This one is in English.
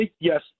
yes